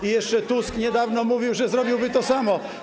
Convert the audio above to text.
I jeszcze Tusk niedawno mówił, że zrobiłby to samo.